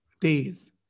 days